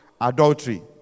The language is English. Adultery